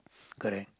correct